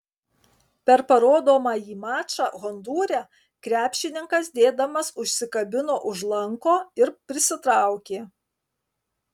per parodomąjį mačą hondūre krepšininkas dėdamas užsikabino už lanko ir prisitraukė